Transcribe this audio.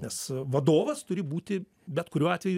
nes vadovas turi būti bet kuriuo atveju